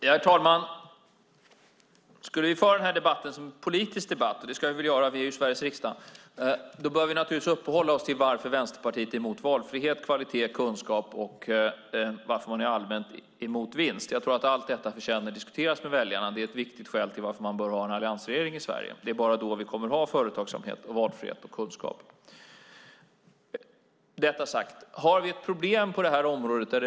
Herr talman! Ska vi föra den här debatten som en politisk debatt - och det ska vi väl göra, vi är ju i Sveriges riksdag - bör vi naturligtvis uppehålla oss vid varför Vänsterpartiet är emot valfrihet, kvalitet och kunskap och varför de allmänt är emot vinst. Jag tror att allt detta förtjänar att diskuteras med väljarna. Det är ett viktigt skäl till att man bör ha en alliansregering i Sverige. Det är bara då vi kommer att ha företagsamhet, valfrihet och kunskap.